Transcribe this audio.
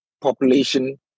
population